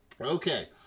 Okay